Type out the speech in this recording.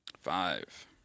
Five